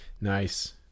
Nice